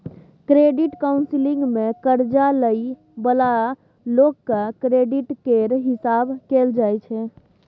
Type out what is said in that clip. credit counselling मे कर्जा लइ बला लोकक क्रेडिट केर हिसाब कएल जाइ छै